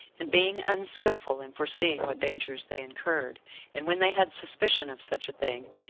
and being unskillful in foreseeing what dangers they incurred and when they had suspicion of such a thing,